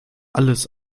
alles